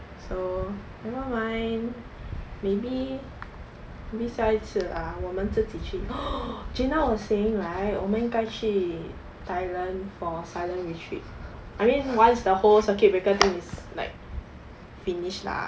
so nevermind maybe maybe 下一次 lah 我们自己去 jana was saying right 我们应该去 Thailand for silent retreat I mean once the whole circuit breaker thing is like finished lah